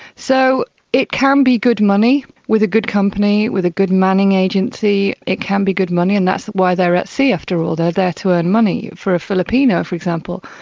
so it can be good money with a good company, with a good manning agency it can be good money, and that is why they are at sea, after all, they are there to earn money. for a filipino, for example,